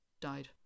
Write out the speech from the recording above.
died